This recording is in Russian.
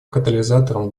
катализатором